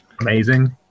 amazing